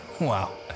Wow